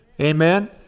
Amen